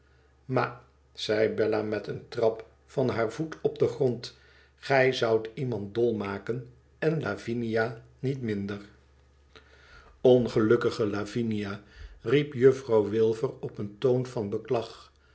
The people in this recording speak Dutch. ma zei bella met een trap van haar voet op den grond gij zoudt iemand dol maken en lavinia niet minder ongelukkige lavinia riep juffrouw wilfer op een toon van